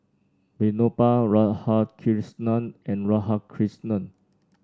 Vinoba Radhakrishnan and Radhakrishnan